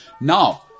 now